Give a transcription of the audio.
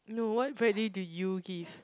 no what value do you give